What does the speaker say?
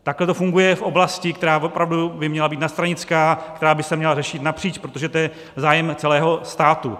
Takhle to funguje v oblasti, která opravdu by měla být nadstranická, která by se měla řešit napříč, protože to je zájem celého státu.